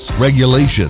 regulations